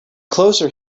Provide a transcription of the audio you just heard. closer